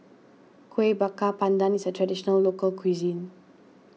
Kuih Bakar Pandan is a Traditional Local Cuisine